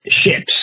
Ships